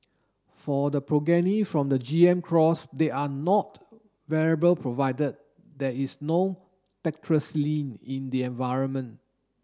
for the progeny from the G M cross they are not variable provided there is no tetracycline in the environment